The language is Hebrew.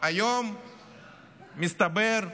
היום מסתבר שאין.